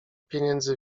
pieniędzy